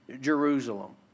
Jerusalem